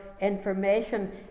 information